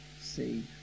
see